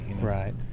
Right